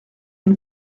une